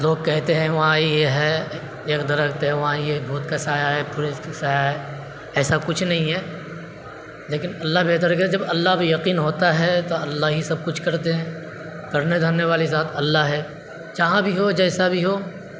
لوگ کہتے ہیں وہاں یہ ہے ایک درخت ہے وہاں یہ بھوت کا سایہ ہے پریت کا سایہ ہے ایسا کچھ نہیں ہے لیکن اللہ بہتر کہ جب اللہ پہ یقین ہوتا ہے تو اللہ ہی سب کچھ کرتے ہیں کرنے دھرنے والی ذات اللہ ہے جہاں بھی ہو جیسا بھی ہو